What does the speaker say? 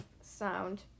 sound